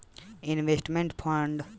investment fund कोई व्यापार के रूप में होला